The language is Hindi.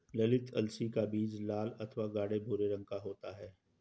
ललीत अलसी का बीज लाल अथवा गाढ़े भूरे रंग का होता है